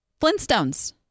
Flintstones